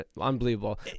unbelievable